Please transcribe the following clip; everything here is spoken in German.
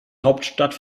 hauptstadt